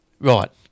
Right